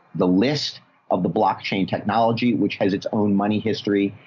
the list of the blockchain technology, which has its own money, history,